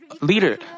leader